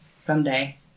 someday